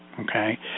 okay